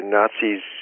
Nazis